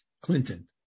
Clinton